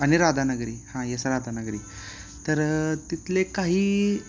आणि राधानगरी हां यस राधानगरी तर तिथले काही